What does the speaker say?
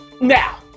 Now